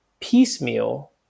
piecemeal